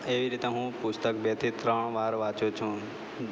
એવી રીતે હું પુસ્તક બેથી ત્રણ વાર વાંચું છું